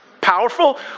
powerful